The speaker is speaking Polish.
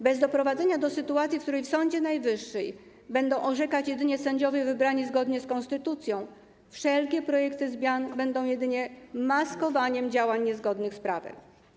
Bez doprowadzenia do sytuacji, w której w Sądzie Najwyższym będą orzekać jedynie sędziowie wybrani zgodnie z konstytucją, wszelkie projekty zmian będą jedynie maskowaniem działań niezgodnych z prawem.